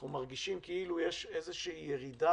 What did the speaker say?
אנחנו מרגישים כאילו יש איזושהי ירידה